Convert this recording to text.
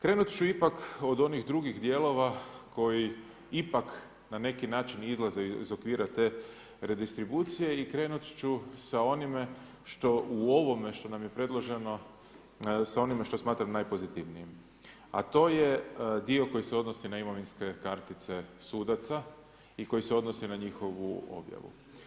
Krenut ću ipak od onih drugih dijelova koji ipak na neki način izlaze iz okvira te redistribucije i krenut ću sa onime što u ovome što nam je predloženo, sa onime što smatram najpozitivnijim, a to je dio koji se odnosi na imovinske kartice sudaca i koji se odnose na njihovu objavu.